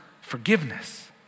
forgiveness